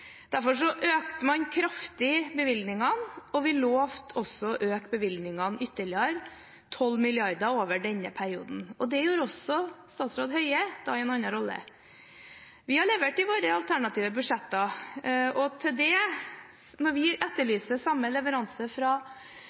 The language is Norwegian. Derfor økte man bevilgningene kraftig, og vi lovte også å øke bevilgningene ytterligere, 12 mrd. kr over denne perioden. Og det gjorde også statsråd Høie, da i en annen rolle. Vi har levert i våre alternative budsjetter, og når vi etterlyser samme leveranse